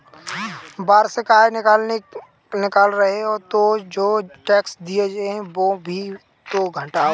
वार्षिक आय निकाल रहे हो तो जो टैक्स दिए हैं वो भी तो घटाओ